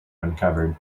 uncovered